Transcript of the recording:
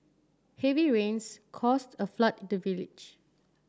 heavy rains caused a flood in the village